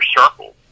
circle